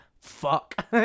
fuck